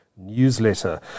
Newsletter